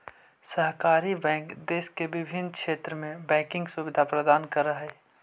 सहकारी बैंक देश के विभिन्न क्षेत्र में बैंकिंग सुविधा प्रदान करऽ हइ